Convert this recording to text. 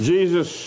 Jesus